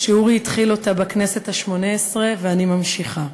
שאורי התחיל בה בכנסת השמונה-עשרה ואני ממשיכה.